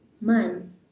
man